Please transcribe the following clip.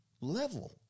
level